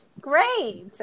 Great